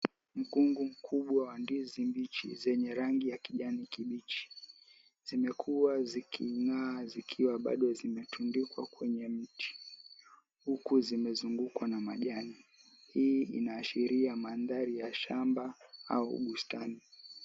Mkungu mkubwa wa wa ndizi mbichi zenye rangi ya kijani kibichi, zimekuwa ziking'aa zikiwa bado zimetundikwa kwenye mti, huku zimezungukwa na majani. Hii inaashiria mandhari ya shamba au bustani.